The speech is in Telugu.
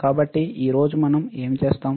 కాబట్టి ఈ రోజు మనం ఏమి చేస్తాం